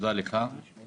דבר שני